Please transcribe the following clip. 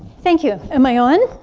thank you. am i on?